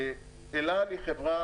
אל על היא חברה,